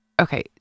Okay